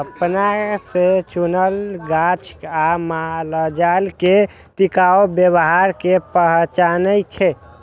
अपना से चुनल गाछ आ मालजाल में टिकाऊ व्यवहार से पहचानै छै